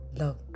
love